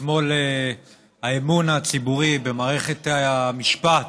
אתמול האמון הציבורי במערכת המשפט